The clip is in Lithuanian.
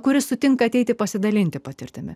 kuris sutinka ateiti pasidalinti patirtimi